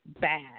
bad